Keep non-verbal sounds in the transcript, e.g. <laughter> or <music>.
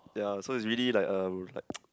ya so it's really like a like <noise>